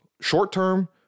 short-term